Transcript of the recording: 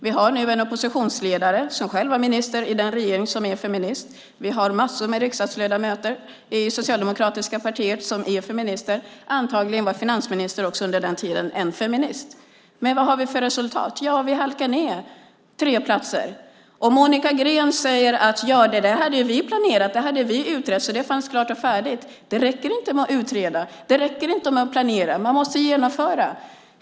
Vi har nu en oppositionsledare som är feminist och som själv var minister i den förra regeringen. Vi har massor med riksdagsledamöter i det socialdemokratiska partiet som är feminister. Antagligen var finansministern också under den tiden en feminist. Men vad har vi för resultat? Vi halkar ned tre platser. Monica Green säger: Det hade vi planerat. Det hade vi utrett. Så det fanns klart och färdigt. Det räcker inte med att utreda. Det räcker inte med att planera. Man måste genomföra.